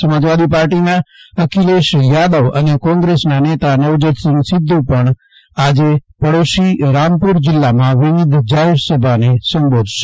સમાજવાદી પાર્ટીના અખિલેશ યાદવ અને કોગ્રેસના નેતા નવજોતસિંહ સિધુ પણ આજે પડોશી રામપુર જિલ્લામાં વિવિધ જાહેર સભાને સંબોધશે